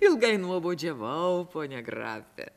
ilgai nuobodžiavau pone grafe